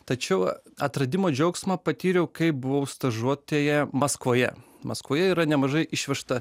tačiau atradimo džiaugsmą patyriau kai buvau stažuotėje maskvoje maskvoje yra nemažai išvežta